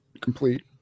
complete